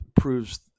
proves